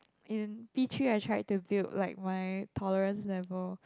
in P three I tried to build like my tolerance level